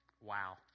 wow